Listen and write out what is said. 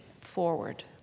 forward